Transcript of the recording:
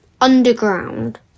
Underground